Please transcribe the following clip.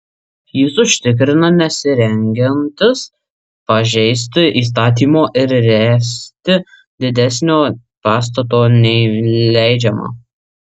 jis užtikrina nesirengiantis pažeisti įstatymo ir ręsti didesnio pastato nei leidžiama